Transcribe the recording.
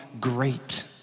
great